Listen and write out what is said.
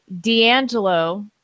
D'Angelo